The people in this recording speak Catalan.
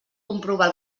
comprovar